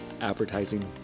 advertising